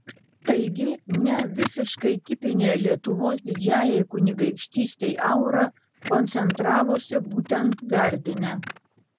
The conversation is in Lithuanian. taigi ne visiškai tipinė lietuvos didžiajai kunigaikštystei aura koncentravosi būtent gardine